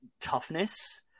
toughness